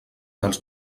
dels